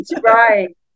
right